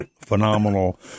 phenomenal